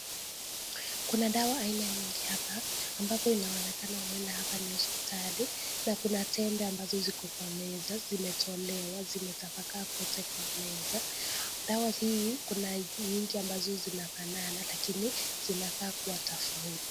Kuna dawa aina nyingi hapa, ambapo inaonekana huenda hapa ni hospitali, na kuna tembe ambazo ziko kwa meza, zimetolewa, zimetapakaa kwote kwa meza. Dawa hii kuna nyingi ambazo zinafanana lakini zinakaa kuwa tofauti.